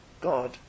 God